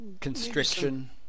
constriction